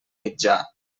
mitjà